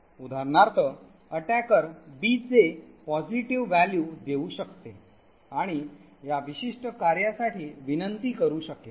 उदाहरणार्थ आक्रमणकर्ता b चे सकारात्मक मूल्य देऊ शकते आणि या विशिष्ट कार्यासाठी विनंती करू शकेल